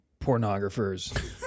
Pornographers